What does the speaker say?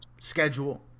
schedule